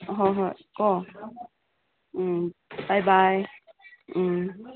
ꯑꯍꯣ ꯍꯣꯏ ꯀꯣ ꯎꯝ ꯕꯥꯏ ꯕꯥꯏ ꯎꯝ